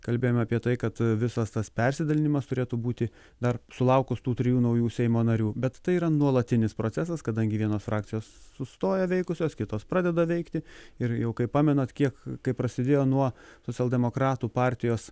kalbėjom apie tai kad visas tas persidalijimas turėtų būti dar sulaukus tų trijų naujų seimo narių bet tai yra nuolatinis procesas kadangi vienos frakcijos sustoja veikusios kitos pradeda veikti ir jau kaip pamenat kiek kai prasidėjo nuo socialdemokratų partijos